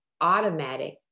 automatic